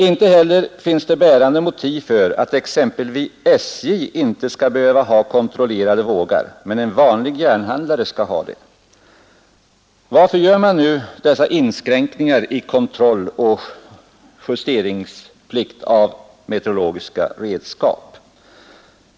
Inte heller finns det bärande motiv för att exempelvis SJ inte skall behöva ha kontrollerade vågar medan en vanlig järnhandlare skall ha det. Varför gör man nu dessa inskränkningar i kontrolloch justeringsplikten av metrologiska redskap?